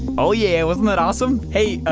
um oh yeah wasn't that awesome? hey,